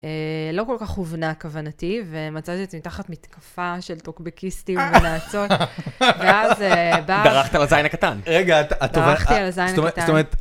לא כל כך הובנה כוונתי, ומצאתי את עצמי תחת מתקפה של טוקבקיסטים ונאצות, ואז באח... דרכת על הזין הקטן. רגע, אתה... דרכתי על הזין הקטן.